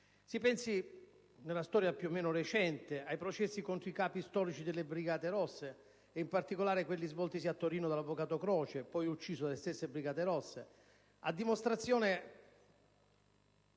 Si pensi, nella storia più o meno recente, ai processi contro i capi storici delle Brigate Rosse, in particolare quelli seguiti a Torino dall'avvocato Croce, poi ucciso dalle stesse BR. A dimostrazione